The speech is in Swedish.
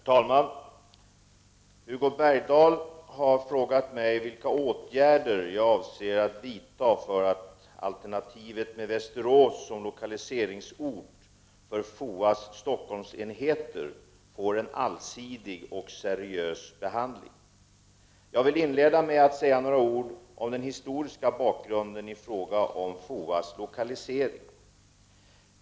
Herr talman! Hugo Bergdahl har frågat mig vilka åtgärder jag avser att vidta för att alternativet med Västerås som lokaliseringsort för FOA:s Stockholmsenheter får en allsidig och seriös behandling. Jag vill inleda med att säga några ord om den historiska bakgrunden i fråga om FOA: s lokalisering.